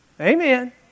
Amen